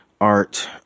Art